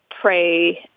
pray